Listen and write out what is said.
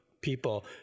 people